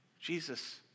Jesus